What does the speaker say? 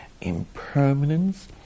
impermanence